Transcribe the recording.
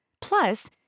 Plus